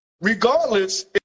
regardless